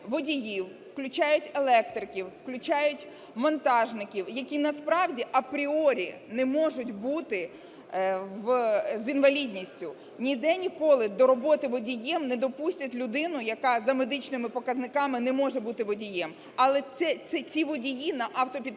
водіїв, включають електриків, включають монтажників, які, насправді, апріорі не можуть бути з інвалідністю. Ніде ніколи до роботи водієм не допустять людину, яка за медичними показниками не може бути водієм. Але це ті водії на автопідприємствах,